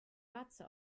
warze